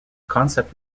concept